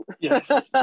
Yes